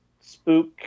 spook